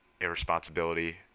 irresponsibility